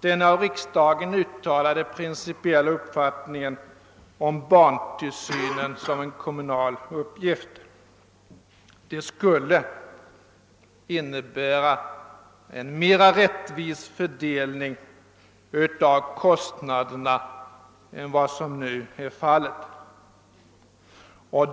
den av riksdagen uttalade principiella uppfattningen om barntillsynen som en kommunal uppgift, men det skulle innebära en mer rättvis fördelning av kostnaderna än vad som nu är fallet.